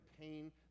pain